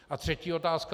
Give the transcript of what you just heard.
A třetí otázka.